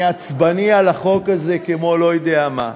אני עצבני על החוק הזה כמו לא יודע מה.